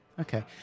Okay